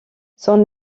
son